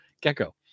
Gecko